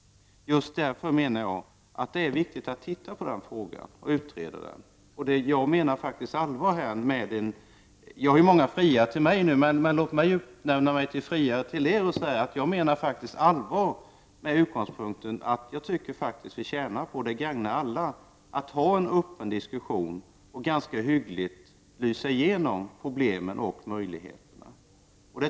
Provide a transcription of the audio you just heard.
Just därför menar jag att det är viktigt att man ser på problemen och utreder dem. Många friar nu till mig, men låt mig utnämna mig till friare till er och säga: Jag menar faktiskt allvar. Det gagnar alla, om vi har en öppen diskussion och genomlyser problemen och möjligheterna.